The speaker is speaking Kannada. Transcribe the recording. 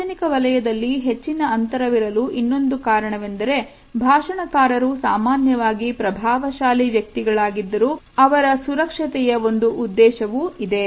ಸಾರ್ವಜನಿಕ ವಲಯದಲ್ಲಿ ಹೆಚ್ಚಿನ ಅಂತರವಿರಲು ಇನ್ನೊಂದುಕಾರಣವೆಂದರೆ ಭಾಷಣಕಾರರು ಸಾಮಾನ್ಯವಾಗಿ ಪ್ರಭಾವಶಾಲಿ ವ್ಯಕ್ತಿಗಳಾಗಿದ್ದರು ಅವರ ಸುರಕ್ಷತೆಯ ಒಂದು ಉದ್ದೇಶವೂ ಇದೆ